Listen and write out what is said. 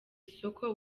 isoko